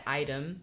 item